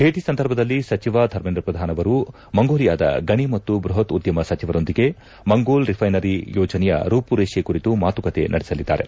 ಭೇಟಿ ಸಂದರ್ಭದಲ್ಲಿ ಸಚಿವ ಧರ್ಮೇಂದ್ರ ಪ್ರಧಾನ್ ಅವರು ಮಂಗೋಲಿಯಾದ ಗಣಿ ಮತ್ತು ಬ್ಬಹತ್ ಉದ್ಖಮ ಸಚಿವರೊಂದಿಗೆ ಮಂಗೋಲ್ ರಿಫ್ಲೆನರಿ ಯೋಜನೆಯ ರೂಪುರೇಷೆ ಕುರಿತು ಮಾತುಕತೆ ನಡೆಸಲಿದ್ದಾರೆ